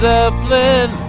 Zeppelin